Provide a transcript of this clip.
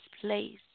place